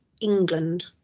England